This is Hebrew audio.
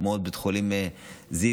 כמו בית חולים זיו,